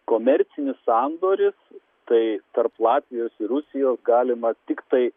komercinis sandoris tai tarp latvijos ir rusijos galima tiktai